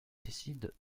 décide